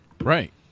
Right